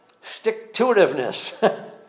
stick-to-itiveness